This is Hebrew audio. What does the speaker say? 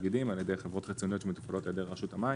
בתאגידים על-ידי חברות חיצוניות שמטופלות על-ידי רשות המים,